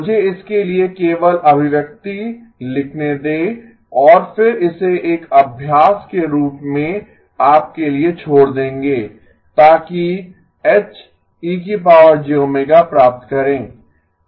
मुझे इसके लिए केवल अभिव्यक्ति लिखने दें और फिर इसे एक अभ्यास के रूप में आपके लिए छोड़ देंगें ताकि H e jω प्राप्त करें